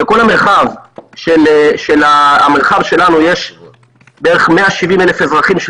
בכל המרחב שלנו יש בערך 170,000 אזרחים של